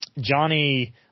Johnny